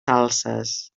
salses